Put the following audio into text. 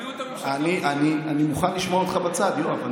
תביאו את, אני מוכן לשמוע אותך בצד, יואב.